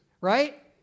right